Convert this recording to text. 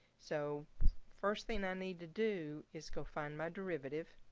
so first thing i need to do is go find my derivative.